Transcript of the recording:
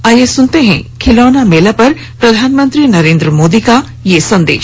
आइये सुनते हैं खिलौना मेला पर प्रधानमंत्री नरेन्द्र मोदी का यह संदेश